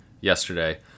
yesterday